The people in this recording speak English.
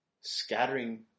scattering